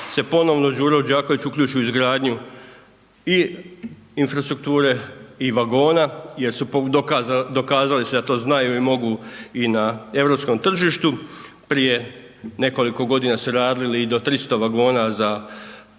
se ponovno Đuro Đaković uključi u izgaranju i infrastrukture i vagona jer su se dokazali da to znaju i mogu i na europskom tržištu. Prije nekoliko godina su radili i do 300 vagona za Hrvatske